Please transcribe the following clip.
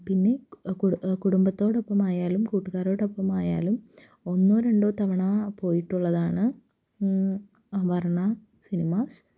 പിന്നെ കുടുംബത്തോടൊപ്പം ആയാലും കൂട്ടുകാരോടൊപ്പം ആയാലും ഒന്നോ രണ്ടോ തവണ പോയിട്ടുള്ളതാണ് ആ വര്ണ്ണ സിനിമാസ്